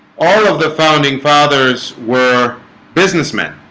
all of the founding fathers were businessmen